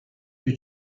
più